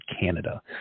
Canada